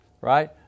right